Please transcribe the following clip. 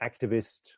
activist